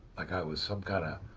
like i was some kind of